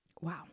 Wow